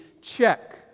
Check